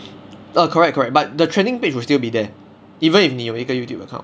correct correct but the trending page will still be there even if 你有一个 Youtube account